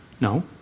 No